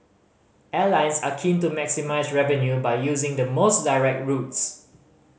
airlines are keen to maximise revenue by using the most direct routes